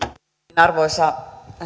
arvoisa